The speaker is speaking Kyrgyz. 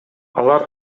алар